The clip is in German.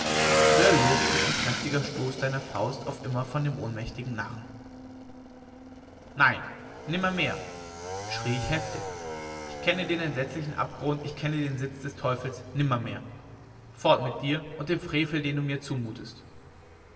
so erlöst uns ein kräftiger stoß deiner faust auf immer von dem ohnmächtigen narren nein nimmermehr schrie ich heftig ich kenne den entsetzlichen abgrund ich kenne den sitz des teufels nimmermehr fort mit dir und dem frevel den du mir zumutest